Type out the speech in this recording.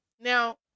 Now